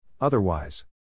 Otherwise